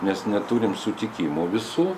nes neturim sutikimų visų